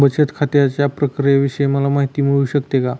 बचत खात्याच्या प्रक्रियेविषयी मला माहिती मिळू शकते का?